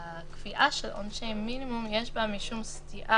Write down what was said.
הקביעה של עונשי מינימום, יש בה משום סטייה